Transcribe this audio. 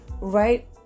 right